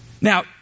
Now